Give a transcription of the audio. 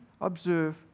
observe